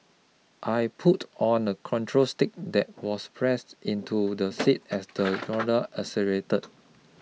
I pulled on a control stick that was pressed into the seat as the gondola accelerated